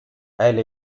elle